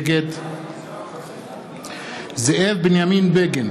נגד זאב בנימין בגין,